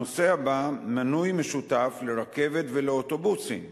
הנושא הבא, מנוי משותף לרכבת ולאוטובוסים.